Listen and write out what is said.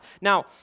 Now